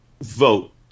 vote